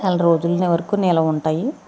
నెలరోజుల వరకు నిలువ వుంటాయి